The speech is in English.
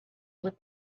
with